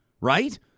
right